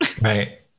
right